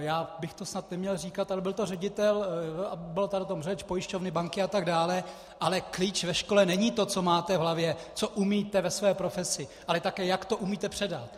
Já bych to snad neměl říkat, ale byl to ředitel, a byla tady o tom řeč, pojišťovny, banky atd., ale klíč ve škole není to, co máte v hlavě, co umíte ve své profesi, ale také jak to umíte předat.